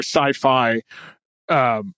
sci-fi